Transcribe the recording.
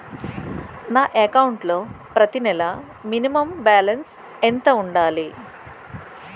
నా అకౌంట్ లో ప్రతి నెల మినిమం బాలన్స్ ఎంత ఉండాలి?